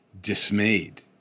dismayed